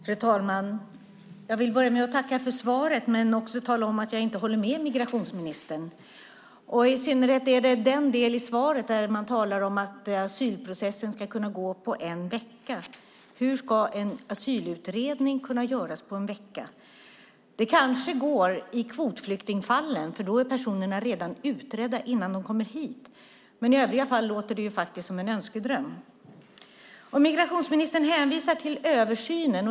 Fru talman! Jag vill börja med att tacka för svaret men också tala om att jag inte håller med migrationsministern. I synnerhet gäller det den del i svaret där man talar om att asylprocessen ska kunna gå på en vecka. Hur ska en asylutredning kunna göras på en vecka? Det kanske går i kvotflyktingfallen, för då är personerna utredda redan innan de kommer hit. Men i övriga fall låter det som en önskedröm. Migrationsministern hänvisar till översynen.